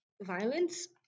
violence